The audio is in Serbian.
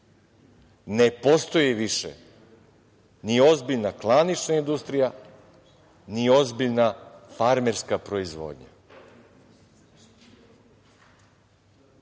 ne postoji više ni ozbiljna klanična industrija, ni ozbiljna farmerska proizvodnja.